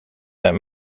that